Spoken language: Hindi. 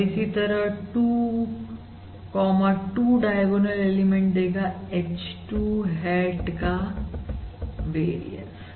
और इसी तरह 22 डायगोनल एलिमेंट देगा h 2 hat का वेरियंस